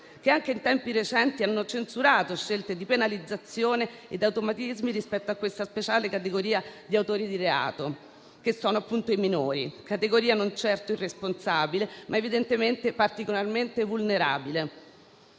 che anche in tempi recenti hanno censurato scelte di penalizzazione ed automatismi rispetto a questa speciale categoria di autori di reato, che sono appunto i minori, categoria non certo irresponsabile, ma evidentemente particolarmente vulnerabile,